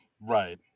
Right